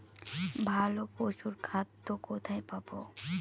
ভালো পশুর খাদ্য কোথায় পাবো?